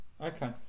okay